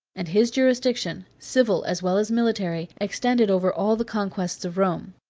and his jurisdiction, civil as well as military, extended over all the conquests of rome.